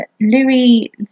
Louis